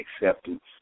acceptance